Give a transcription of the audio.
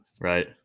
Right